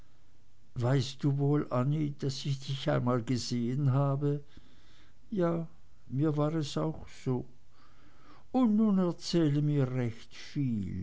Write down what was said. weißt du wohl annie daß ich dich einmal gesehen habe ja mir war es auch so und nun erzähle mir recht viel